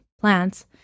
plants